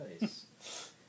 nice